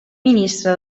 ministre